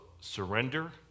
surrender